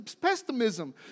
pessimism